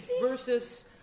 Versus